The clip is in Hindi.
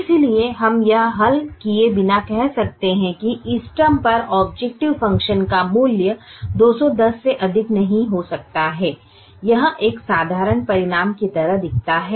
इसलिए हम यह हल किए बिना कह सकते हैं कि इष्टतम पर ऑबजेकटिव फ़ंक्शन का मूल्य 210 से अधिक नहीं हो सकता है यह एक साधारण परिणाम की तरह दिखता है